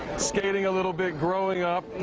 skating a little bit growing up.